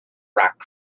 rock